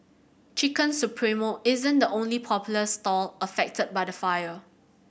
Chicken Supremo isn't the only popular stall affected by the fire